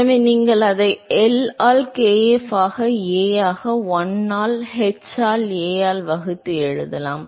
எனவே நீங்கள் அதை L ஆல் kf ஆக A ஆக 1 ஆல் h ஆல் A ஆக வகுத்து எழுதலாம்